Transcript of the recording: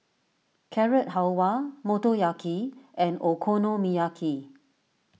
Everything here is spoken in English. Carrot Halwa Motoyaki and Okonomiyaki